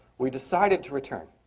we decided to return,